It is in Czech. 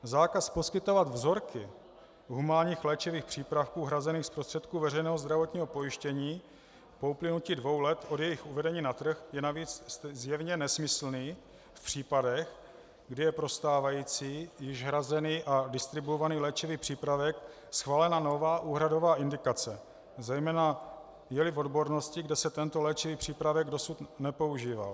Zákaz poskytovat vzorky humánních léčivých přípravků hrazených z prostředků veřejného zdravotního pojištění po uplynutí dvou let od jejich uvedení na trh je navíc zjevně nesmyslný v případech, kdy je pro stávající, již hrazený a distribuovaný léčivý přípravek schválená nová úhradová indikace, zejména jeli v odbornosti, kde se tento léčivý přípravek dosud nepoužíval.